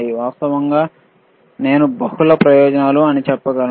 వాస్తవానికి నేను బహుళ ప్రయోజనాలు అని చెప్పగలను